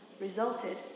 resulted